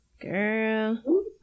Girl